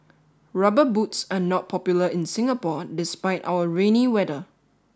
rubber boots are not popular in Singapore despite our rainy weather